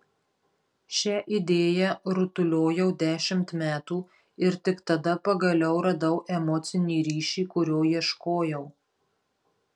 šią idėją rutuliojau dešimt metų ir tik tada pagaliau radau emocinį ryšį kurio ieškojau